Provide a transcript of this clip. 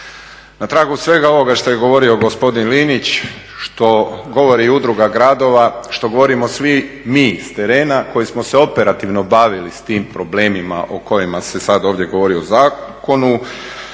Na tragu svega ovoga što je govorio gospodin Linić, što govori Udruga gradova, što govorimo svi mi s terena koji smo se operativno bavili s tim problemima o kojima se sada ovdje govori u zakonu,